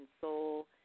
soul